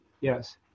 Yes